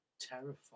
terrifying